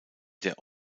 der